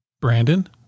Brandon